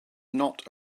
not